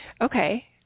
Okay